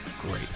great